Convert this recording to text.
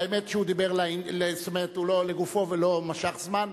האמת שהוא דיבר לגופו של עניין, ולא משך זמן.